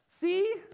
see